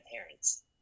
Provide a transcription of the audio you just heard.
parents